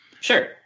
Sure